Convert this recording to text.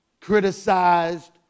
criticized